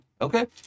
Okay